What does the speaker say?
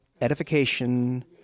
edification